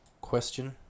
Question